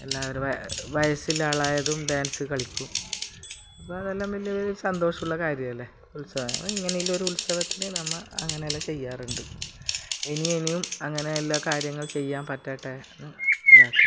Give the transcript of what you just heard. എല്ലാവരും വ വയസ്സിലാളായതും ഡാൻസ് കളിക്കും അപ്പം അതെല്ലാം വലിയ സന്തോഷമുള്ള കാര്യമല്ലേ ഉത്സവം ഇങ്ങനെയുള്ള ഒരു ഉത്സവത്തിനു നമ്മൾ അങ്ങനെയെല്ലാം ചെയ്യാറുണ്ട് ഇനിയും ഇനിയും അങ്ങനെ എല്ലാ കാര്യങ്ങളും ചെയ്യാൻ പറ്റട്ടെ എന്ന്